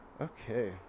Okay